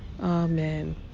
Amen